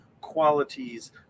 qualities